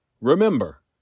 Remember